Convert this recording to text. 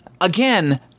again